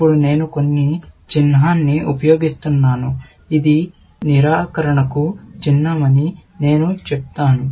ఇప్పుడు నేను కొన్ని చిహ్నాన్ని ఉపయోగిస్తాను ఇది నిరాకరణకు చిహ్నమని నేను చెప్తాను